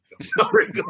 Sorry